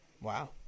Wow